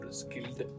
skilled